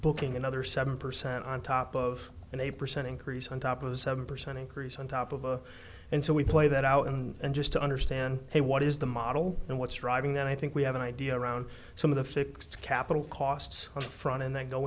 booking another seven percent on top of and they percent increase on top of the seven percent increase on top of a and so we play that out and just to understand what is the model and what's driving that i think we have an idea around some of the fixed capital costs front and they go